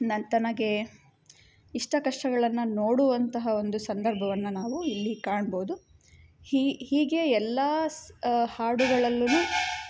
ನನ್ನ ತನಗೇ ಇಷ್ಟ ಕಷ್ಟಗಳನ್ನು ನೋಡುವಂತಹ ಒಂದು ಸಂದರ್ಭವನ್ನ ನಾವು ಇಲ್ಲಿ ಕಾಣ್ಬೋದು ಹೀಗೆ ಎಲ್ಲ ಸ್ ಹಾಡುಗಳಲ್ಲೂ